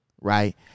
Right